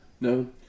No